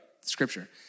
scripture